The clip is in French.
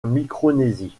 micronésie